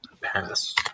Pass